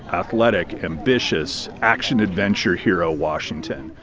athletic, ambitious, action-adventure hero washington.